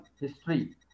history